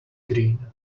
green